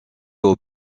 aux